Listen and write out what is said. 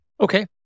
Okay